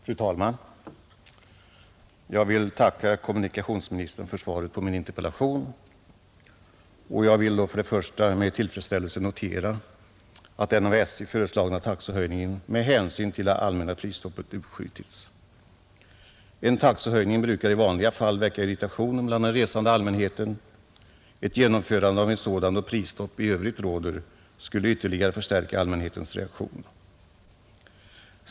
Fru talman! Jag vill tacka kommunikationsministern för svaret på min interpellation och vill då först och främst med tillfredsställelse notera att den av SJ föreslagna taxehöjningen med hänsyn till det allmänna prisstoppet uppskjutits. En taxehöjning brukar i vanliga fall väcka irritation bland den resande allmänheten, ett genomförande av en sådan då prisstopp i övrigt råder skulle ytterligare förstärka allmänhetens reaktion.